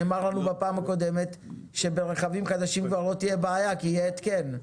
נאמר לנו בפעם הקודמת שברכבים חדשים כבר לא תהיה בעיה כי יהיה התקן.